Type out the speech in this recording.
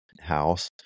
house